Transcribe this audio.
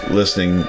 listening